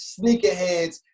Sneakerheads